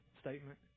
statement